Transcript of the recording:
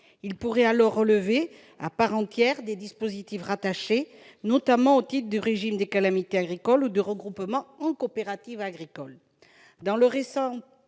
Ils pourraient alors relever à part entière des dispositifs rattachés, notamment au titre du régime des calamités agricoles et du regroupement en coopérative agricole. J'avais déposé